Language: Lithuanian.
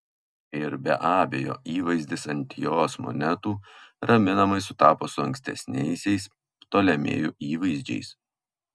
ir be abejo įvaizdis ant jos monetų raminamai sutapo su ankstesniaisiais ptolemėjų įvaizdžiais